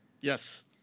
Yes